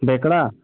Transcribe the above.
बेकड़ा